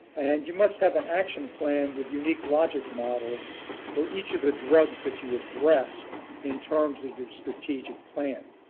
and you must have an action plan with unique logic models for each of the drugs that you address in terms of your strategic plan.